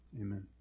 Amen